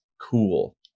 cool